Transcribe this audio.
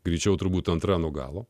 greičiau turbūt antra nuo galo